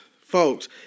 Folks